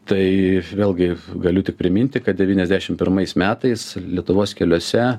tai vėlgi galiu tik priminti kad devyniasdešim pirmais metais lietuvos keliuose